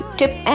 tip